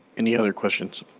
any other questions.